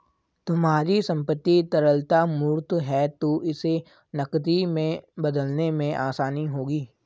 तुम्हारी संपत्ति तरलता मूर्त है तो इसे नकदी में बदलने में आसानी होगी